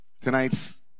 Tonight's